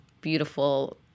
beautiful